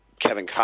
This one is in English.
kevin